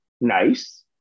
nice